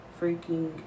freaking